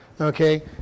okay